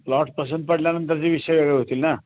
plot पसंत पडल्यानंतरचे विषय वेगळे होतील ना